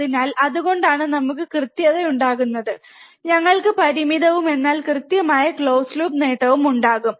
അതിനാൽ അതുകൊണ്ടാണ് നമുക്ക് കൃത്യത ഉണ്ടാകുന്നത് ഞങ്ങൾക്ക് പരിമിതവും എന്നാൽ കൃത്യമായ ക്ലോസ് ലൂപ്പ് നേട്ടവും ഉണ്ടാകും